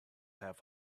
have